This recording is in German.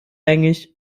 eigentlich